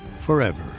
forever